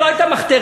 לא את המחתרת,